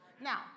Now